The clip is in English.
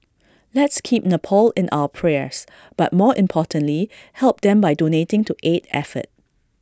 let's keep Nepal in our prayers but more importantly help them by donating to aid effort